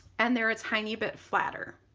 and they're a tiny bit flatter.